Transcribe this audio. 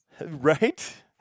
right